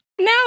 No